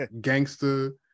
Gangster